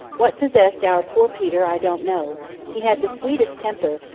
what possessed our poor peter i don't know he had the sweetest temper,